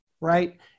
right